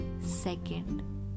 Second